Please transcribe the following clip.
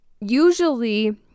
usually